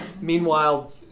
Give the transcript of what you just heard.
Meanwhile